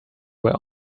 were